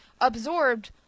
absorbed